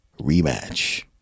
rematch